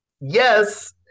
yes